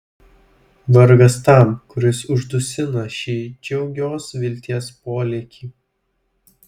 vargas tam kuris uždusina šį džiugios vilties polėkį